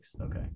Okay